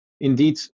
indeed